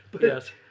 Yes